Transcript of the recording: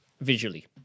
visually